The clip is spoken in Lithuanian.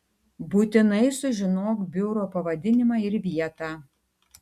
būtinai sužinok biuro pavadinimą ir vietą